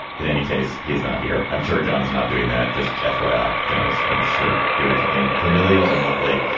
in any case, he's not here. i'm sure john is not doing that. just f y i, john. i'm sure doing toplane familial and lovely.